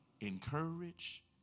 encourage